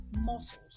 muscles